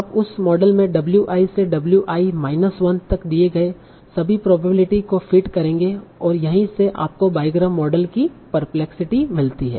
आप उस मॉडल में w i में w i माइनस 1 तक दिए गए सभी प्रोबेबिलिटी को फीड करेंगे और यही से आपको बाईग्राम मॉडल की परप्लेक्सिटी मिलती है